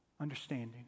understanding